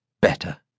better